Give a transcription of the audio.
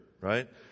right